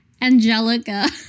Angelica